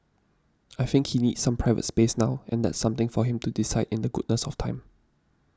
I think he needs some private space now and that's something for him to decide in the goodness of time